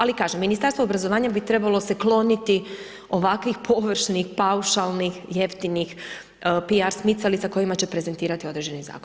Ali kažem, Ministarstvo obrazovanja bi trebalo se kloniti ovakvih površnih, paušalnih, jeftinih piar smicalica kojima će prezentirati određeni Zakon.